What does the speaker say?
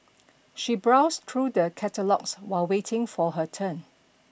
she browsed through the catalogues while waiting for her turn